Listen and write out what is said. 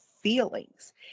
feelings